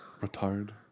Retired